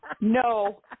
No